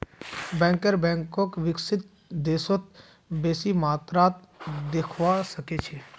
banker बैंकक विकसित देशत बेसी मात्रात देखवा सके छै